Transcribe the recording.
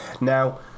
Now